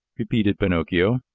repeated pinocchio.